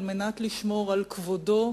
כדי לשמור על כבודו,